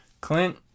Clint